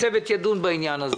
הצוות ידון בעניין הזה.